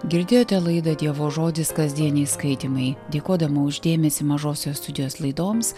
girdėjote laidą dievo žodis kasdieniai skaitymai dėkodama už dėmesį mažosios studijos laidoms